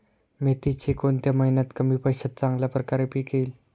मेथीचे कोणत्या महिन्यात कमी पैशात चांगल्या प्रकारे पीक येईल?